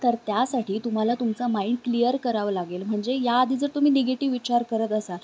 तर त्यासाठी तुम्हाला तुमचा माइंड क्लिअर करावं लागेल म्हणजे या आधी जर तुम्ही निगेटिव्ह विचार करत असाल